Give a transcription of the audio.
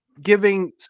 giving